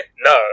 No